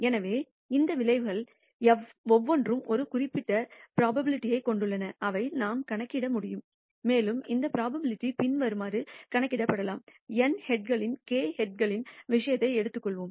எனவே இந்த விளைவுகளில் ஒவ்வொன்றும் ஒரு குறிப்பிட்ட புரோபாபிலிடிஐ கொண்டுள்ளன அவை நாம் கணக்கிட முடியும் மேலும் இந்த புரோபாபிலிடி பின்வருமாறு கணக்கிடப்படலாம் n ஹெட்களில் k ஹெட்களின் விஷயத்தை எடுத்துக்கொள்வோம்